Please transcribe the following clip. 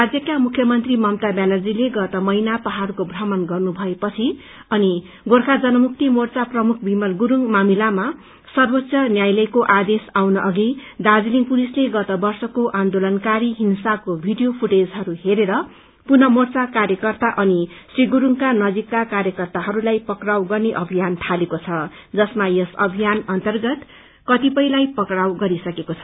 राज्यका मुख्यमन्त्री ममता ब्यानर्जीले गत महिना पहाड़को भ्रमण गर्नु भएपछि अनि गोर्खा जनमुक्ति मोर्चा प्रमुख विमल गुरुङ मामिलामा सर्वोच्च न्यायालयको आदेश आउन अघि दार्जीलिङ पुलिसले गत वर्षको आन्दोलनकालिन हिँसाको भिडियो फुटेजहरू हेरेर पुन मोर्चा कार्यकर्ता अनि श्री गुरुङका नजिकका कार्यकर्ताहरूलाई पक्राउ गर्ने अभियान थालेको छ अनि यस अभियान अन्तर्गत कतिपयलाई पक्राउ गरिसकेको छ